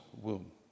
womb